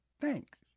thanks